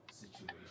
situation